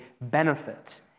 benefit